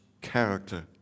character